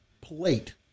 plate